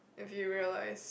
if you realised